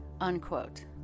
unquote